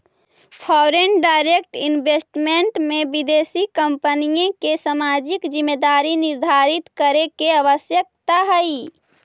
foreign direct investment में विदेशी कंपनिय के सामाजिक जिम्मेदारी निर्धारित करे के आवश्यकता हई